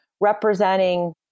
representing